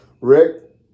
Rick